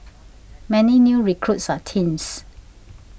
many new recruits are teens